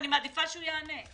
נושא שני,